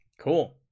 Cool